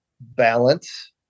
balance